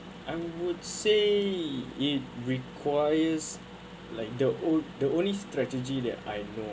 I would say it requires like the only the only strategy that I know